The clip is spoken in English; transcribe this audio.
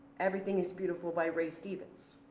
everything is beautiful by ray stevens.